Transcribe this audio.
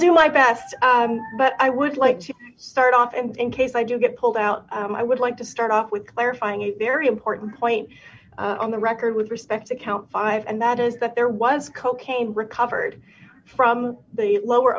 do my best but i would like to start off and case i do get pulled out i would like to start off with clarifying a very important point on the record with respect to count five and that is that there was cocaine recovered from the lower